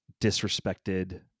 disrespected